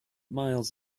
miles